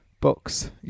books